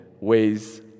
ways